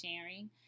sharing